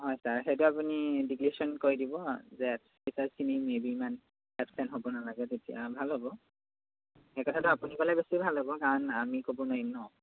হয় ছাৰ সেইটো আপুনি ডিক্লিয়েৰশ্যন কৰি দিব যে টিচাৰ্চখিনি মেই বি ইমান এবচেণ্ট হ'ব নালাগে তেতিয়া ভাল হ'ব সেই কথাটো আপুনি ক'লে বেছি ভাল হ'ব কাৰণ আমি ক'ব নোৱাৰিম ন